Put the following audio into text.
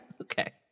Okay